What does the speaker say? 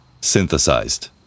synthesized